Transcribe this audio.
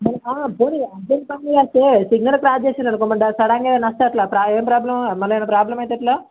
బోో ప చేస్తే signal cross చేసాడనుకో మళ్ళా సడన్గా వస్తే అలా ఏం ప్రాబ్లమ్ మళ్ళీ ఏదైనా ప్రాబ్లమ్ అయితే ఎలా